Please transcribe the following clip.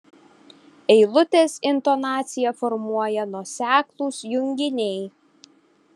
eilutės intonaciją formuoja nuoseklūs junginiai